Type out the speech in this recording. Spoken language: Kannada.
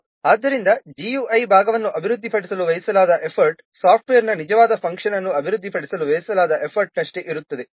ಆದ್ದರಿಂದ GUI ಭಾಗವನ್ನು ಅಭಿವೃದ್ಧಿಪಡಿಸಲು ವ್ಯಯಿಸಲಾದ ಎಫರ್ಟ್ ಸಾಫ್ಟ್ವೇರ್ನ ನಿಜವಾದ ಫಂಕ್ಷನ್ ಅನ್ನು ಅಭಿವೃದ್ಧಿಪಡಿಸಲು ವ್ಯಯಿಸಲಾದ ಎಫರ್ಟ್ನಷ್ಟೆ ಇರುತ್ತದೆ